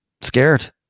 scared